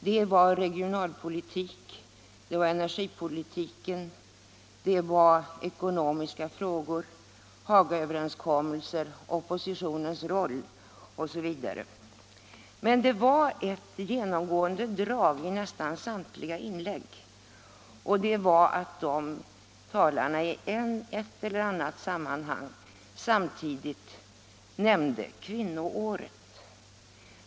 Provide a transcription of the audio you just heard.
Det var regionalpolitik, det var energipolitiken, det var ekonomiska frågor, Hagaöverenskommelser, oppositionens roll osv. Men det var ett genomgående drag i nästan samtliga inlägg, nämligen att talarna i ett eller annat sammanhang nämnde kvinnoåret.